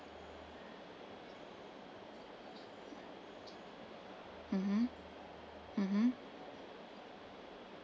mmhmm mmhmm